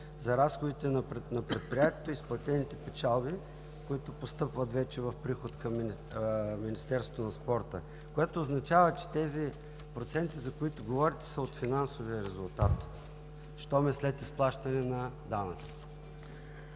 за разходите на предприятието, изплатените печалби, които постъпват вече в приход към Министерството на спорта“, което означава, че процентите, за които говорите, са от финансовия резултат, щом е след изплащане на данъците.